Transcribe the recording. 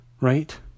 right